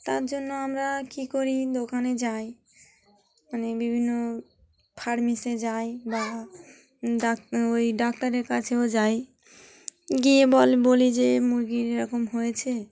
তার জন্য আমরা কী করি দোকানে যাই মানে বিভিন্ন ফার্মেসিতে যাই বা ডাক ওই ডাক্তারের কাছেও যাই গিয়ে বল বলি যে মুরগির এরকম হয়েছে